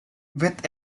with